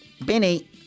Benny